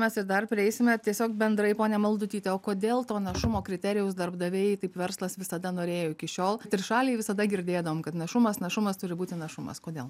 mes ir dar prieisime tiesiog bendrai ponia maldutyte o kodėl to našumo kriterijaus darbdaviai taip verslas visada norėjo iki šiol trišaliai visada girdėdavom kad našumas našumas turi būti našumas kodėl